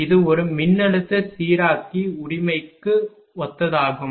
இது ஒரு மின்னழுத்த சீராக்கி உரிமைக்கு ஒத்ததாகும்